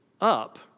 up